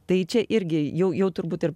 tai čia irgi jau jau turbūt ir